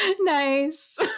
nice